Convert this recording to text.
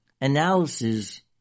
analysis